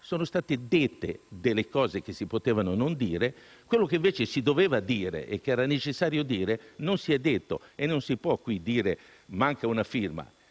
Sono state dette cose che si potevano non dire. Quello che invece si doveva dire e che era necessario dire non si è detto. Non si può qui affermare: manca una firma.